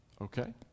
Okay